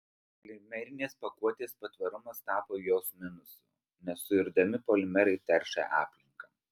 polimerinės pakuotės patvarumas tapo jos minusu nesuirdami polimerai teršia aplinką